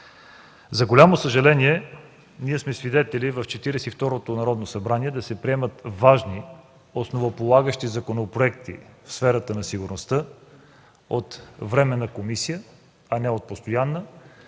За голямо съжаление в Четиридесет и второто Народно събрание сме свидетели да се приемат важни, основополагащи законопроекти в сферата на сигурността от временна комисия, а не от постоянна,